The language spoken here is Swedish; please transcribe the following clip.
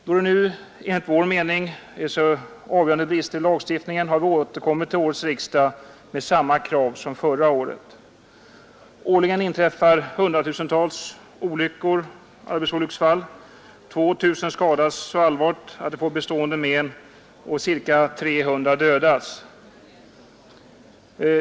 Då det enligt vår mening finns så avgörande brister i lagstiftningen har vi återkommit till årets riksdag med samma krav som förra året. Årligen inträffar hundratusentals arbetsolycksfall; 2 000 skadas så allvarligt att de får bestående men och ca 300 dödas.